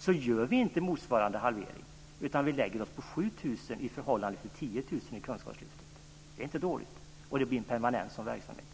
I relation till det gör vi inte motsvarande halvering, utan vi lägger oss på 7 000 i förhållande till 10 000 i Kunskapslyftet. Det är inte dåligt, och det blir en permanent verksamhet.